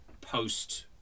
post